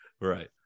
right